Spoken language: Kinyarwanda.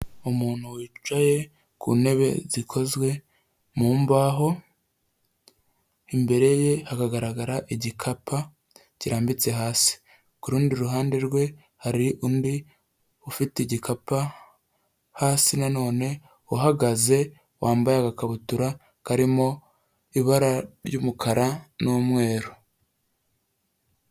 Umuntu wicaye ku ntebe zikozwe mu mbaho, imbere ye haragaragara igikapa kirambitse hasi, ku rundi ruhande rwe hari undi ufite igikapa hasi na none uhagaze, wambaye agakabutura karimo ibara ry'umukara n'umweru.